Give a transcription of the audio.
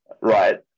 right